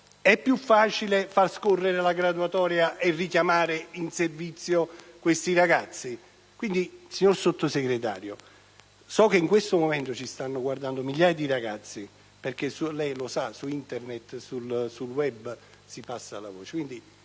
più facile far scorrere la graduatoria e chiamare in servizio questi ragazzi? Quindi, signor Sottosegretario (so che in questo momento ci stanno guardando migliaia di ragazzi, perché, come lei sa, sul *web* ci si passa la voce),